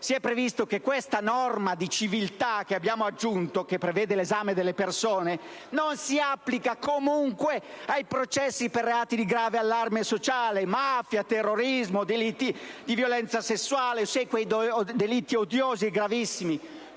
si è previsto che questa norma di civiltà che abbiamo aggiunto, che prevede l'esame delle persone, non si applichi comunque ai processi per reati di grave allarme sociale - quindi mafia, terrorismo e delitti sessuali - ossia quei delitti odiosi e gravissimi